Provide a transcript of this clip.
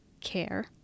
care